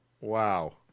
Wow